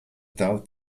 дал